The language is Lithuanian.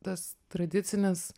tas tradicinis